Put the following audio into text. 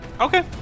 Okay